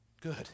Good